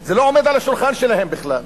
זה לא עומד על השולחן שלהן בכלל.